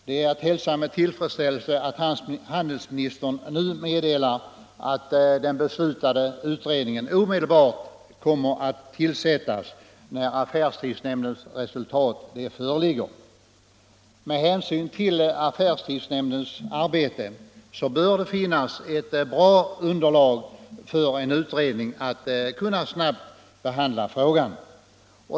Det är att hälsa med tillfredsställelse att handelsministern nu meddelar att den beslutade utredningen omedelbart kommer att tillsättas när affärstidsnämndens resultat föreligger. Med hänsyn till affärstidsnämndens arbete bör det finnas ett bra underlag för en utredning och därmed möjligheter för utredningen att snabbt behandla frågan.